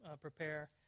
prepare